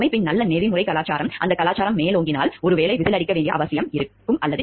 அமைப்பின் நல்ல நெறிமுறை கலாச்சாரம் அந்த கலாச்சாரம் மேலோங்கினால் ஒருவேளை விசில் அடிக்க வேண்டிய அவசியம் ஏற்படாது